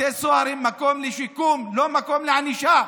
ובתי סוהר הם מקום לשיקום, לא מקום לענישה.